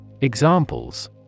Examples